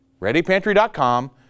Readypantry.com